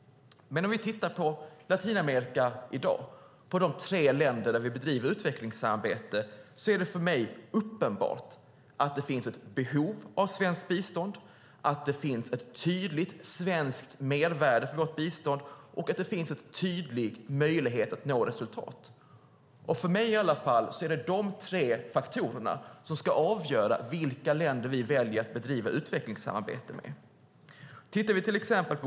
Om vi tittar på de tre länder i Latinamerika där vi i dag bedriver utvecklingssamarbete är det för mig uppenbart att det finns ett behov av svenskt bistånd, att det finns ett tydligt svenskt mervärde för vårt bistånd och att det finns en tydlig möjlighet att nå resultat. För mig är det dessa tre faktorer som ska avgöra vilka länder vi väljer att bedriva utvecklingssamarbete med.